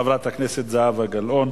חברת הכנסת זהבה גלאון.